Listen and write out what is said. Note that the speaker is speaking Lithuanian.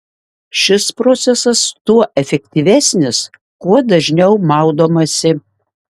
šis procesas tuo efektyvesnis kuo dažniau maudomasi